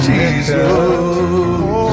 Jesus